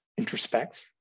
introspects